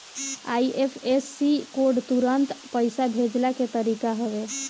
IFSC code तुरंत पईसा भेजला के तरीका हवे